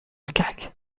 الكعك